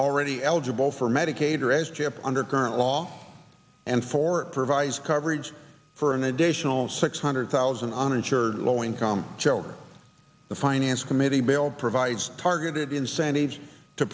already eligible for medicaid or as chip under current law and for it provides coverage for an additional six hundred thousand uninsured low income children the finance committee bill provides targeted incentives to